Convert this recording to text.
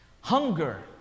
Hunger